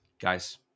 Guys